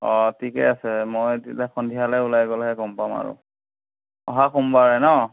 অঁ ঠিকে আছে মই তেতিয়াহ'লে সন্ধিয়ালে ওলাই গ'লেহে গ'ম পাম আৰু অহা সোমবাৰে ন